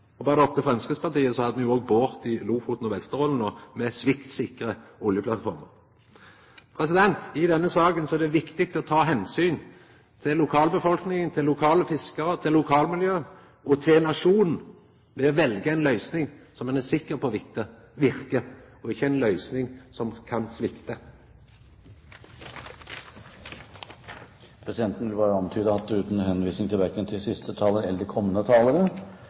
opp til Framstegspartiet, hadde ein jo òg bora i Lofoten og Vesterålen, med sviktsikre oljeplattformer. I denne saka er det viktig å ta omsyn til lokalbefolkninga, til lokale fiskarar, til lokalmiljøet og til nasjonen, ved å velja ei løysing som ein er sikker på verkar, og ikkje ei løysing som kan svikta. Presidenten vil bare antyde, uten henvisning til verken siste taler eller kommende talere,